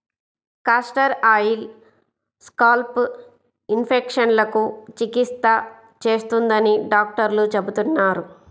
castor oil scalp ఇన్ఫెక్షన్లకు చికిత్స చేస్తుందని డాక్టర్లు చెబుతున్నారు